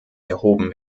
erhoben